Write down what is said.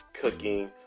cooking